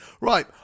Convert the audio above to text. Right